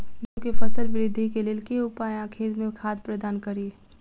गेंहूँ केँ फसल वृद्धि केँ लेल केँ उपाय आ खेत मे खाद प्रदान कड़ी?